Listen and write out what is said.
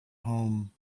home